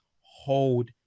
hold